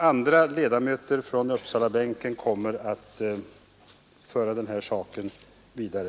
Andra ledamöter från Uppsalalänsbänken kommer att föra den här saken vidare.